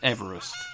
Everest